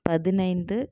பதினைந்து